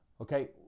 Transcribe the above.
okay